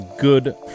good